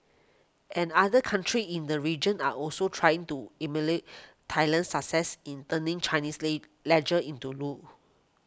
and other countries in the region are also trying to emulate Thailand's success in turning Chinese lay leisure into loot